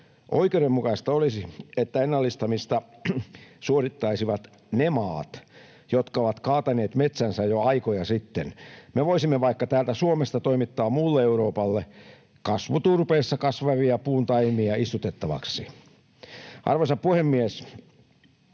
Oikeudenmukaista olisi, että ennallistamista suorittaisivat ne maat, jotka ovat kaataneet metsänsä jo aikoja sitten. Me voisimme vaikka täältä Suomesta toimittaa muulle Euroopalle kasvuturpeessa kasvavia puun taimia istutettavaksi. Arvoisa puhemies!